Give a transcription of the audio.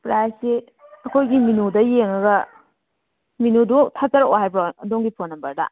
price ꯁꯤ ꯑꯩꯈꯣꯏꯒꯤ ꯃꯦꯅꯨꯗ ꯌꯦꯡꯉꯒ ꯃꯦꯅꯨꯗꯣ ꯊꯥꯖꯔꯛꯑꯣ ꯍꯥꯏꯕ꯭ꯔꯣ ꯑꯗꯣꯝꯒꯤ ꯐꯣꯟ ꯅꯝꯕꯔꯗ